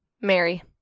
Mary